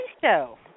show